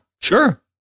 sure